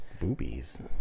boobies